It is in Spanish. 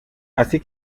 así